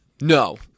No